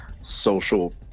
social